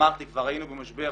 אמרתי כבר, היינו במשבר